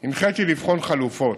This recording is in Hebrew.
הנחיתי לבחון חלופות.